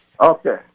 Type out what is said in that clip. Okay